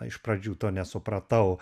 iš pradžių to nesupratau